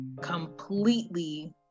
completely